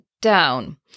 down